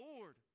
Lord